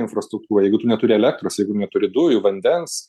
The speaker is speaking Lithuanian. infrastruktūrą jeigu tu neturi elektros jeigu neturi dujų vandens